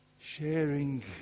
sharing